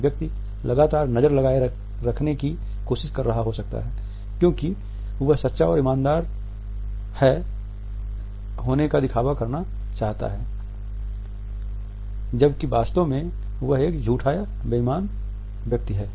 एक व्यक्ति लगातार नज़र लगाए रखने की कोशिश कर रहा हो सकता है क्योंकि वह सच्चा और ईमानदार है होने का दिखावा करना चाहता है जबकि वास्तव में वह व्यक्ति झूठा या बेईमान है